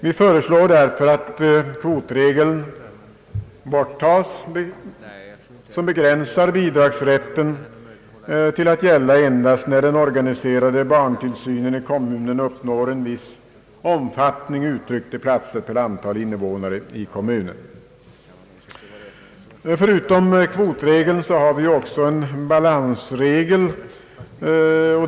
Vi föreslår därför att kvotregeln slopas, således den regel som begränsar bidragsrätten till att gälla endast när den organiserade barntillsynen i kommunen uppnår en viss omfattning uttryckt i platser per antal invånare i kommunen. Förutom kvotregeln har vi också en balansregel.